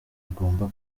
igomba